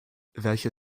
welche